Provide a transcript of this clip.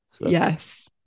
Yes